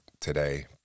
today